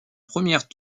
première